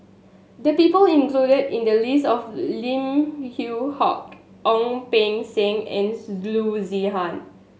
the people included in the list are Lim Yew Hock Ong Beng Seng and Loo Zihan